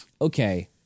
Okay